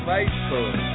Facebook